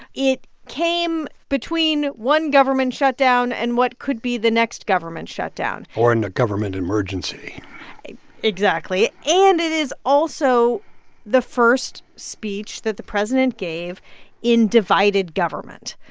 it came between one government shutdown and what could be the next government shutdown or in a government emergency exactly. and it is also the first speech that the president gave in divided government,